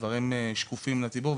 הדברים שקופים לציבור,